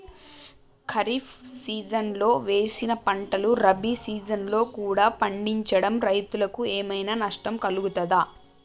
ఖరీఫ్ సీజన్లో వేసిన పంటలు రబీ సీజన్లో కూడా పండించడం రైతులకు ఏమైనా నష్టం కలుగుతదా?